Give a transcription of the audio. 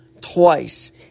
twice